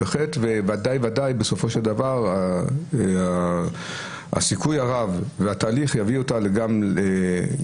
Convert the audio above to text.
בוודאי ובוודאי כשבסופו של דבר הסיכוי הרב והתהליך יביא אותה גם בעצמה